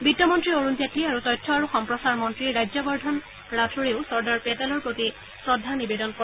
বিত্তমন্ত্ৰী অৰুণ জেটলী আৰু তথ্য আৰু সম্প্ৰচাৰ মন্ত্ৰী ৰাজ্যবৰ্দ্ধন ৰাথোড়েও চৰ্দাৰ পেটেলৰ প্ৰতি শ্ৰদ্ধা নিবেদন কৰে